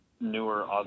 newer